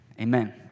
amen